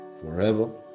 forever